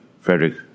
Frederick